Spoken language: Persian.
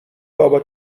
بابا